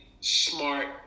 smart